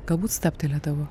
galbūt stabtelėdavo